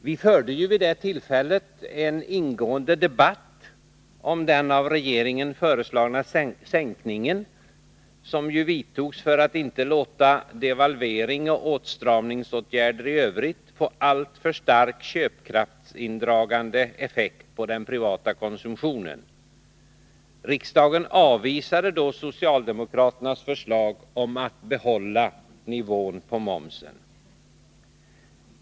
Vi förde vid det tillfället en ingående debatt om den av regeringen föreslagna sänkningen, som man ville vidta för att devalvering och åtstramningsåtgärder i Övrigt inte skulle få alltför stark köpkraftsindragande effekt på den privata konsumtionen. Riksdagen avvisade då socialdemokraternas förslag om att behålla dåvarande nivå på momsen.